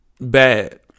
bad